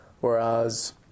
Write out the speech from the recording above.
whereas